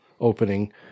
opening